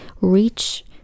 reach